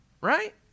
right